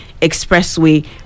Expressway